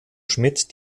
schmidt